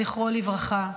זכרו לברכה,